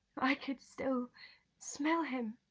i could still smell him.